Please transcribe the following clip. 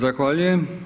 Zahvaljujem.